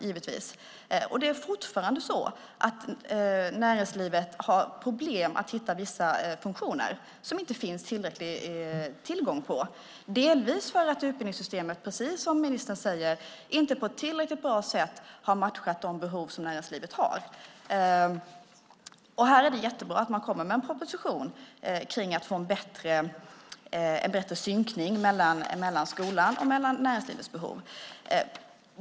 Det är fortfarande så att näringslivet har problem med att hitta vissa funktioner som det inte finns tillräcklig tillgång på. Detta beror delvis på att utbildningssystemet, precis som ministern säger, inte på ett tillräckligt bra sätt har matchat de behov som näringslivet har. Här är det jättebra att man kommer med en proposition som kan ge en bättre synkning mellan skolan och näringslivets behov.